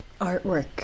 artwork